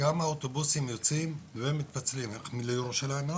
כמה אוטובוסים יוצאים ומתפצלים לכיוון ירושלים?